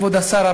כבוד השר,